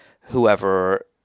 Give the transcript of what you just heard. whoever